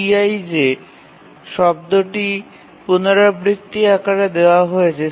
CPUTi j শব্দটি পুনরাবৃত্তির আকারে দেওয়া হয়েছে